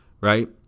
Right